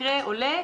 מקרה עולה,